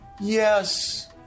Yes